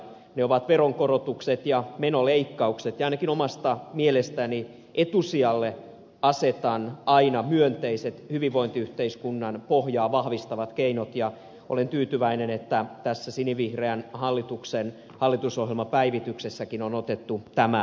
ne ovat veronkorotukset ja menoleikkaukset ja ainakin omasta mielestäni etusijalle asetan aina myönteiset hyvinvointiyhteiskunnan pohjaa vahvistavat keinot ja olen tyytyväinen että tässä sinivihreän hallituksen hallitusohjelmapäivityksessäkin on otettu tämä linja